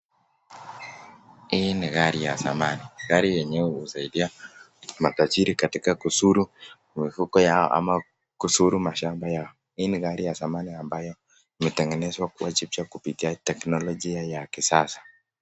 Hii ni gari ya zamani. Gari nyenyewe husaidia matajiri katika kuzuru mifugo yao ama kuzuru mashamba yao. Hii ni magari ya zamani ambayo yametengenezwa kupitia kwa teknologia ya kisasa.